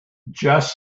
just